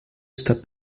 está